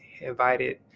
invited